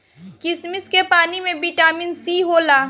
किशमिश के पानी में बिटामिन सी होला